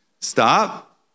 Stop